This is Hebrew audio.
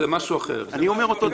זה משהו אחר.